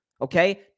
okay